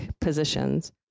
positions